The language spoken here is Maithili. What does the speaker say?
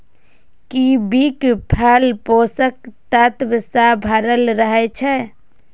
कीवीक फल पोषक तत्व सं भरल रहै छै